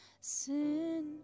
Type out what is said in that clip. Sin